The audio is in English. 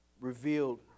revealed